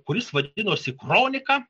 kuris vadinosi kronika